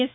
yes